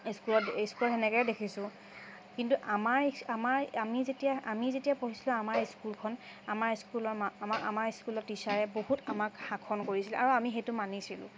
স্কুলত স্কুলত সেনেকৈ দেখিছো কিন্তু আমাৰ আমাৰ আমি যেতিয়া আমি যেতিয়া পঢ়িছিলো আমাৰ স্কুলখন আমাৰ স্কুলৰ আমাৰ আমাৰ স্কুলৰ টিচাৰে বহুত আমাক শাসন কৰিছিলে আৰু আমি সেইটো মানিছিলোঁ